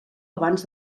abans